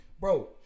Bro